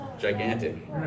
gigantic